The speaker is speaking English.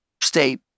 state